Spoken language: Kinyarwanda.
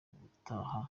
ubutaha